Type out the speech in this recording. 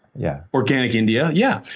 yeah organic india. yeah.